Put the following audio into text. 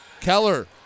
Keller